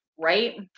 right